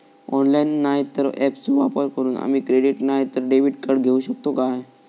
Online नाय तर ऍपचो वापर करून आम्ही क्रेडिट नाय तर डेबिट कार्ड घेऊ शकतो का?